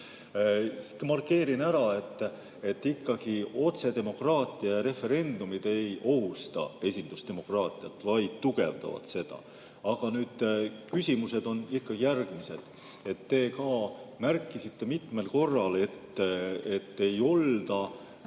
Markeerin ikkagi ära, et otsedemokraatia ja referendumid mitte ei ohusta esindusdemokraatiat, vaid tugevdavad seda. Aga nüüd küsimused on järgmised. Te märkisite mitmel korral, et ei olda